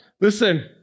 Listen